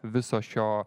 viso šio